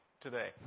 today